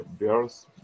bears